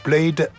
Played